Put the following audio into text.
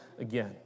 again